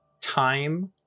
time